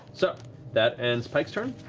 so that ends pike's turn.